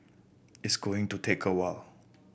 it's going to take a while